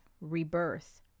rebirth